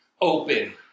open